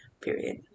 Period